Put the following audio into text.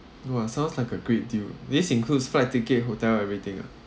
!wah! sounds like a great deal this includes flight ticket hotel everything ah